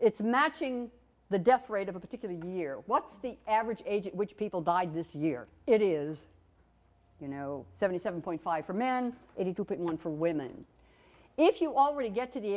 it's matching the death rate of a particular year what's the average age which people died this year it is you know seventy seven point five for men it had to put on for women if you already get to the